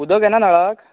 उदक येना नळाक